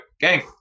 gang